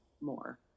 more